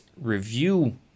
review